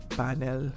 panel